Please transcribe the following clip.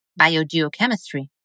biogeochemistry